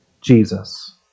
Jesus